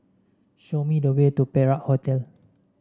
show me the way to Perak Hotel